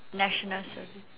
national service